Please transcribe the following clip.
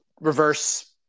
reverse